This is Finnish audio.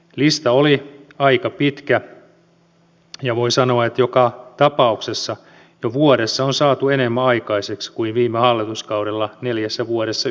lista oli aika pitkä ja voi sanoa että joka tapauksessa jo vuodessa on saatu enemmän aikaiseksi kuin viime hallituskaudella neljässä vuodessa yhteensä